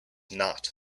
not